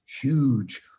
huge